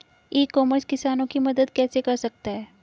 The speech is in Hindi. ई कॉमर्स किसानों की मदद कैसे कर सकता है?